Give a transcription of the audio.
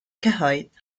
cyhoedd